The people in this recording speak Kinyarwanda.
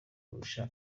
kurusha